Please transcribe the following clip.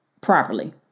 properly